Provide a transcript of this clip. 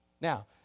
Now